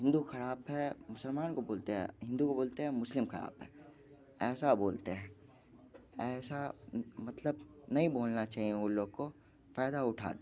हिंदू ख़राब हैं मुसलमान को बोलते हैं हिंदू को बोलते हैं मुस्लिम ख़राब हैं ऐसा बोलते हैं ऐसा मतलब नहीं बोलना चाहिए वह लोग को फ़ायदा उठाते हैं